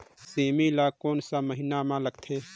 सेमी ला कोन सा महीन मां लगथे?